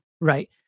right